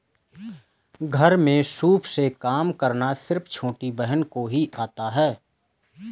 घर में सूप से काम करना सिर्फ छोटी बहन को ही आता है